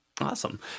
Awesome